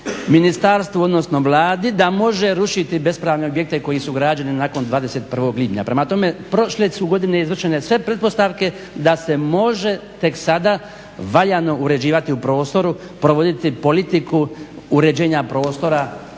ministarstvu, odnosno Vladi da može rušiti bespravne objekte koji su građeni nakon 21. lipnja. Prema tome, prošle su godine izvršene sve pretpostavke da se može tek sada valjano uređivati u prostoru, provoditi politiku uređenja prostora,